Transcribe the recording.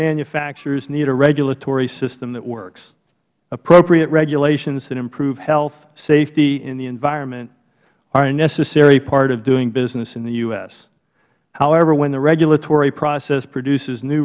manufacturers need a regulatory system that works appropriate regulations that improve health safety and the environment are a necessary part of doing business in the u s however when the regulatory process produces new